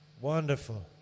Wonderful